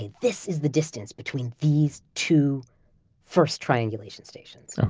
this is the distance between these two first triangulation stations.